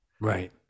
Right